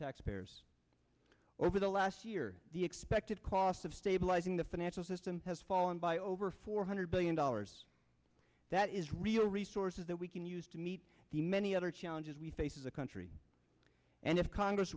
taxpayers over the last year the expected cost of stabilizing the financial system has fallen by over four hundred billion dollars that is real resources that we can use to meet the many other challenges we face as a country and if congress